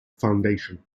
foundation